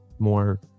more